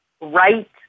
right